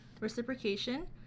reciprocation